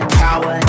power